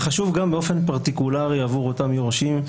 זה חשוב גם באופן פרטיקולרי עבור אותם יורשים,